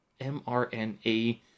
mRNA